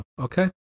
Okay